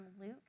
Luke